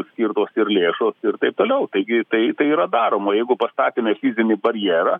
skirtos ir lėšos ir taip toliau taigi tai tai yra daroma jeigu pastatėme fizinį barjerą